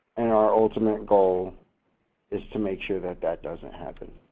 and our ultimate goal is to make sure that that doesn't happen.